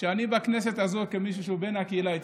שאני בכנסת הזו כמישהו שהוא בן הקהילה האתיופית,